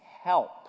help